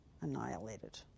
annihilated